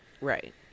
right